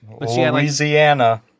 Louisiana